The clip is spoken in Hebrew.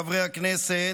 חברי הכנסת,